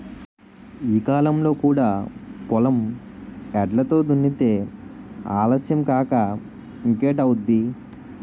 ఈ కాలంలో కూడా పొలం ఎడ్లతో దున్నితే ఆలస్యం కాక ఇంకేటౌద్ది?